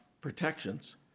protections